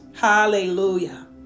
Hallelujah